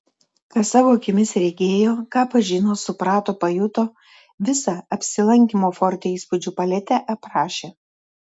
ką savo akimis regėjo ką pažino suprato pajuto visą apsilankymo forte įspūdžių paletę aprašė